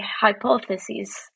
hypotheses